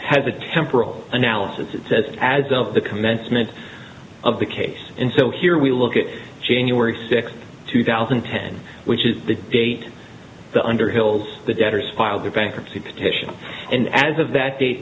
has a temporal analysis it says as of the commencement of the case and so here we look at january sixth two thousand and ten which is the date the under hills the debtors filed for bankruptcy protection and as of that